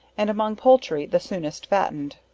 and among poultry the soonest fattened.